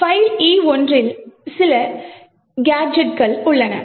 கோப்பு e1 இல் சில கேஜெட்கள் உள்ளன